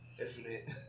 Infinite